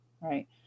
Right